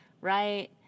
right